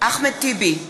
אחמד טיבי,